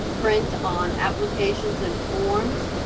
print on applications and forms.